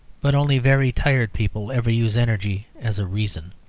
but only very tired people ever use energy as a reason.